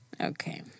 Okay